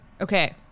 Okay